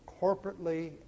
corporately